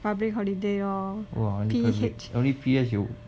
ha public holiday lor P_H